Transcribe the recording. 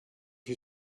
you